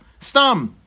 Stum